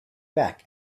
back